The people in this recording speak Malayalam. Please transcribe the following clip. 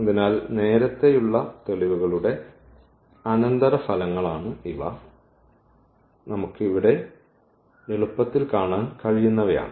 അതിനാൽ നേരത്തെയുള്ള തെളിവുകളുടെ അനന്തരഫലങ്ങളാണ് ഇവ നമുക്ക് ഇവിടെ എളുപ്പത്തിൽ കാണാൻ കഴിയുന്നവയാണ്